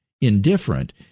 indifferent